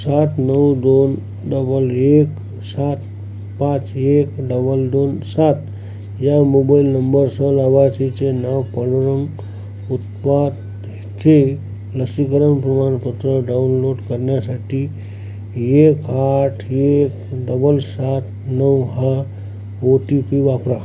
सात नऊ दोन डबल एक सात पाच एक डबल दोन सात या मोबाईल नंबरसह लाभार्थीचे नाव पांडुरंग उत्पातचे लसीकरण प्रमाणपत्र डाउनलोड करण्यासाठी एक आठ एक डबल सात नऊ हा ओ टी पी वापरा